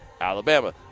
Alabama